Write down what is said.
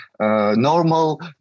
Normal